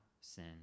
sin